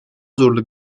zorlu